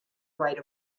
right